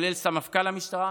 כולל סמפכ"ל המשטרה,